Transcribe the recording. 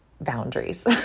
boundaries